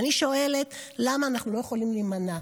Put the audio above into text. ואני שואלת: למה אנחנו לא יכולים להימנע?